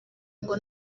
ngo